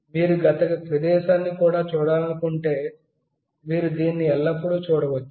మీరు గత ప్రదేశాన్ని కూడా చూడాలనుకుంటే మీరు దీన్ని ఎల్లప్పుడూ చూడవచ్చు